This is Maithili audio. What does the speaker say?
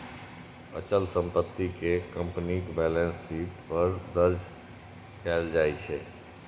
अचल संपत्ति कें कंपनीक बैलेंस शीट पर दर्ज कैल जाइ छै